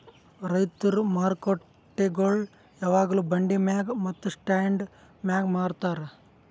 ರೈತುರ್ ಮಾರುಕಟ್ಟೆಗೊಳ್ ಯಾವಾಗ್ಲೂ ಬಂಡಿ ಮ್ಯಾಗ್ ಮತ್ತ ಸ್ಟಾಂಡ್ ಮ್ಯಾಗ್ ಮಾರತಾರ್